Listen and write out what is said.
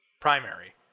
primary